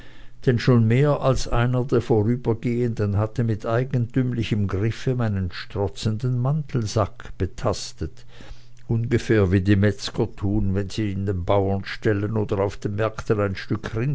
denn schon mehr als einer der vorübergehenden hatte mit eigentümlichem griffe meinen strotzenden mantelsack betastet ungefähr wie die metzger tun wenn sie in den bauernställen oder auf märkten ein stück